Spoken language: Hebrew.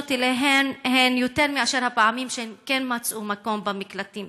אליהן הן יותר מהפעמים שהן כן מצאו מקום במקלטים.